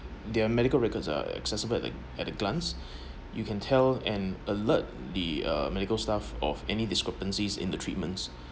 their medical records are accessible like at a glance you can tell and alert the uh medical staff of any discrepancies in the treatments